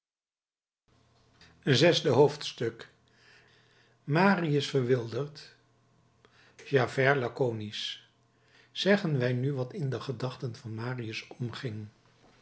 zesde hoofdstuk marius verwilderd javert lakonisch zeggen wij nu wat in de gedachten van marius omging